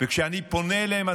וכשאני פונה אליהם,